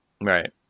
Right